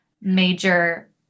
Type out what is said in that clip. major